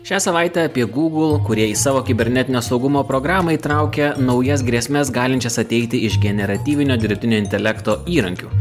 šią savaitę apie google kūrėjai į savo kibernetinio saugumo programą įtraukia naujas grėsmes galinčias ateiti iš generatyvinio dirbtinio intelekto įrankių